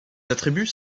attributs